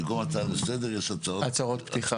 במקום הצעה לסדר יש הצהרות פתיחה.